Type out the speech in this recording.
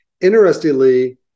interestingly